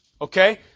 okay